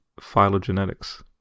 phylogenetics